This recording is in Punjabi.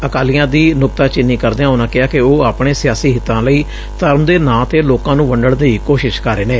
ਅਕਾਲੀਆਂ ਦੀ ਨੁਕਤਾਚੀਨੀ ਕਰਦਿਆਂ ਉਨ੍ਹਾਂ ਕਿਹਾ ਕਿ ਉਹ ਆਪਣੇ ਸਿਆਸੀ ਹਿੱਤਾਂ ਲਈ ਧਰਮ ਦੇ ਨਾਂ ਤੇ ਲੋਕਾਂ ਨੂੰ ਵੰਡਣ ਦੀ ਕੋਸ਼ਿਸ਼ ਕਰ ਰਹੇ ਨੇ